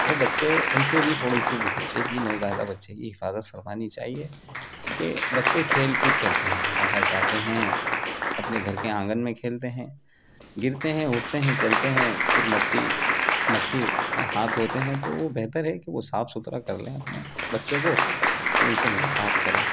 وہ بچے ان سے بھی تھوڑی سی اس بچے کی نوزائیدہ بچے کی حفاظت فرمانی چاہیے کیونکہ بچے کھیل کود کرتے ہیں باہر جاتے ہیں اپنے گھر کے آنگن میں کھیلتے ہیں گرتے ہیں اٹھتے ہیں چلتے ہیں پھر مٹی مٹی ہاتھ ہوتے ہیں تو وہ بہتر ہے کہ وہ صاف ستھرا کر لیں اپنے بچوں کو پھر ان سے ملاقات کریں